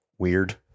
Weird